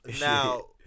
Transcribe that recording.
Now